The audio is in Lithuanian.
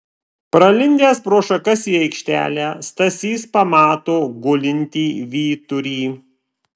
pralindęs pro šakas į aikštelę stasys pamato gulintį vyturį